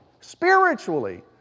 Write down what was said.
spiritually